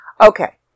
Okay